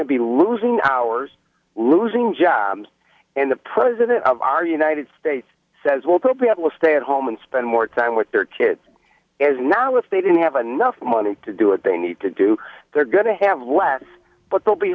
to be losing hours losing jobs and the president of our united states says we'll probably have a stay at home and spend more time with their kids as now if they didn't have enough money to do what they need to do they're going to have less but they'll be